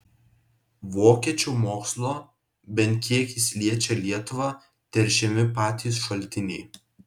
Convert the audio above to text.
vokiečių mokslo bent kiek jis liečią lietuvą teršiami patys šaltiniai